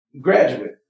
graduate